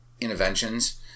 interventions